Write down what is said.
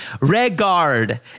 Regard